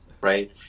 right